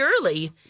early